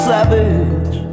Savage